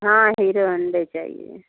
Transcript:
हाँ Hero Honda चाहिए